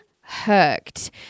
hooked